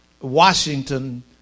Washington